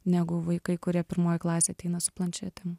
negu vaikai kurie pirmoj klasėj ateina su planšetėm